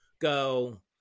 go